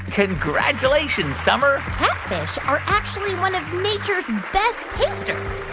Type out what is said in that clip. congratulations, summer catfish are actually one of nature's best tasters.